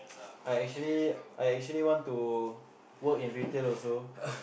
I actually I actually want to work in retail also